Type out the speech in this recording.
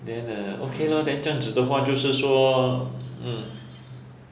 then uh okay lor 这样子的话就是说 hmm